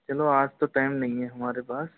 चलो आज तो टाइम नहीं है हमारे पास